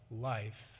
life